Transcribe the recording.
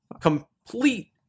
complete